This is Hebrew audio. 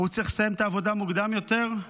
צריך לסיים את העבודה מוקדם יותר.